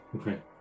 Okay